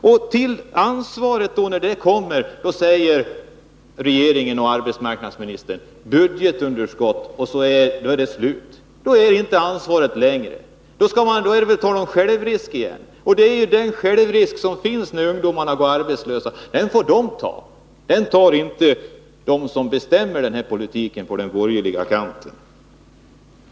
Men då börjar arbetsmarknadsministern och regeringen tala om budgetunderskott, och så är det slut med ansvaret. Då får man väl tala om självrisk igen. Det gäller ju den självrisk som uppkommer när ungdomarna går arbetslösa. Den får ungdomarna ta — den tar inte de som bestämmer politiken på den borgerliga kanten.